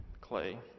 clay